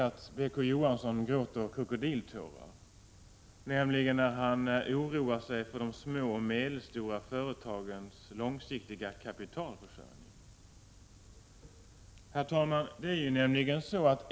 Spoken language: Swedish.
Å. Johansson gråter krokodiltårar, nämligen när han oroar sig för de små och medelstora företagens långsiktiga kapitalförsörjning. Herr talman!